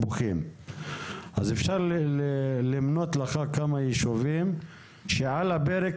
אפשר למנות כמה יישובים שהבעיה על הפרק